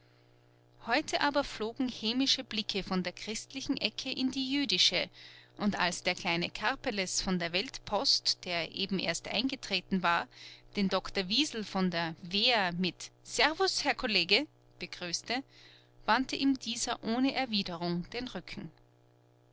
heute aber flogen hämische blicke von der christlichen ecke in die jüdische und als der kleine karpeles von der weltpost der eben erst eingetreten war den doktor wiesel von der wehr mit servus herr kollege begrüßte wandte ihm dieser ohne erwiderung den rücken